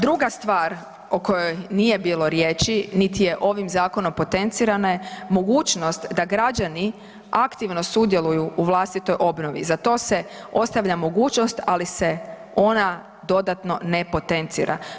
Druga stvar o kojoj nije bilo riječi, niti je ovim zakonom potencirano, mogućnost da građani aktivno sudjeluju u vlastitoj obnovi, za to se ostavlja mogućnost ali se ona dodatno ne potencira.